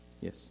Yes